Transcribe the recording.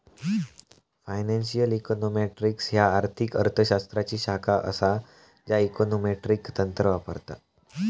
financial econometrics ह्या आर्थिक अर्थ शास्त्राची शाखा असा ज्या इकॉनॉमेट्रिक तंत्र वापरता